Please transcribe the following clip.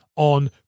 On